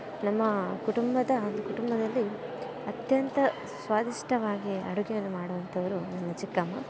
ನಮ್ಮ ಕುಟುಂಬದ ಕುಟುಂಬದಲ್ಲಿ ಅತ್ಯಂತ ಸ್ವಾದಿಷ್ಟವಾಗಿ ಅಡುಗೆಯನ್ನು ಮಾಡುವಂಥವರು ನನ್ನ ಚಿಕ್ಕಮ್ಮ